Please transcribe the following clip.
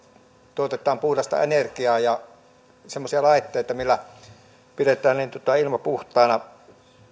tuotetaan puhdasta energiaa ja semmoisia laitteita millä pidetään ilma puhtaana